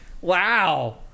wow